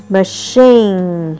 Machine